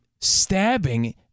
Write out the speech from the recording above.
stabbing